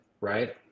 right